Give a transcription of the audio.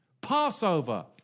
Passover